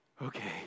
Okay